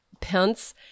Pence